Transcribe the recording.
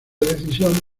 decisión